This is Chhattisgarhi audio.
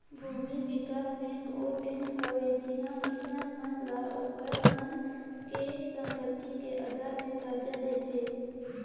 भूमि बिकास बेंक ओ बेंक हवे जिहां किसान मन ल ओखर मन के संपति के आधार मे करजा देथे